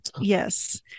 Yes